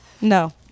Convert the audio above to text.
No